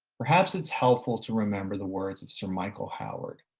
perhaps it's helpful to remember the words of sir michael howard,